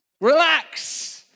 Relax